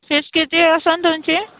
fees किती असेल तुमची